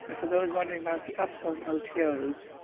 and for those wondering about the upsells and otos,